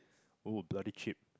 oh bloody cheap